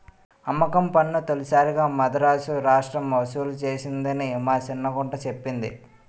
అమ్మకం పన్ను తొలిసారిగా మదరాసు రాష్ట్రం ఒసూలు సేసిందని మా సిన్న గుంట సెప్పింది